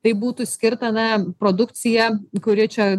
tai būtų skirta na produkcija kuri čia